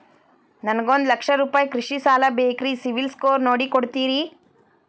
ನನಗೊಂದ ಲಕ್ಷ ರೂಪಾಯಿ ಕೃಷಿ ಸಾಲ ಬೇಕ್ರಿ ಸಿಬಿಲ್ ಸ್ಕೋರ್ ನೋಡಿ ಕೊಡ್ತೇರಿ?